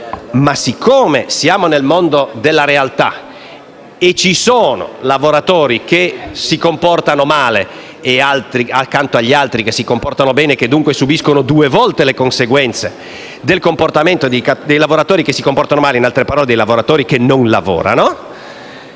siccome siamo nel mondo della realtà e ci sono lavoratori che si comportano male accanto ad altri che si comportano bene - i quali, dunque, subiscono due volte le conseguenze del comportamento di quelli che si comportano male, in altre parole che non lavorano